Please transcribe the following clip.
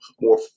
more